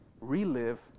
Relive